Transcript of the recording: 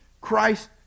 Christ